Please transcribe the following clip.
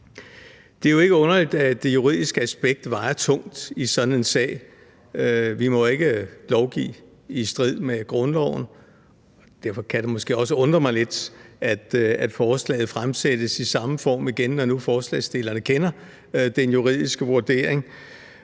Det er jo ikke underligt, at det juridiske aspekt vejer tungt i sådan en sag. Vi må ikke lovgive i strid med grundloven. Derfor kan det måske også undre mig lidt, at forslaget fremsættes i samme form igen, når nu forslagsstillerne kender den juridiske vurdering.